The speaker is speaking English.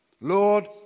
Lord